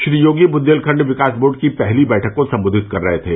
Shri Yogi Bundelkhand Vikas board की पहली बैठक को संबोधित कर रहे थे